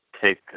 take